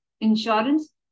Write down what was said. insurance